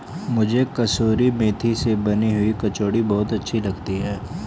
मुझे कसूरी मेथी से बनी हुई कचौड़ी बहुत अच्छी लगती है